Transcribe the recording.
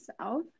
South